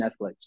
Netflix